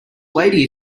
lady